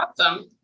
awesome